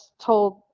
told